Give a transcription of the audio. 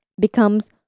becomes